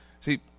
See